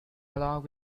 along